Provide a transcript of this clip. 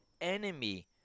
enemy